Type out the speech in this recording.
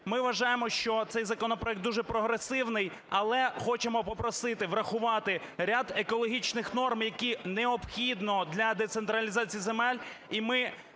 ми вважаємо, що цей законопроект дуже прогресивний. Але хочемо попросити врахувати ряд екологічних норм, які необхідно для децентралізації земель.